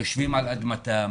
יושבים על אדמתם,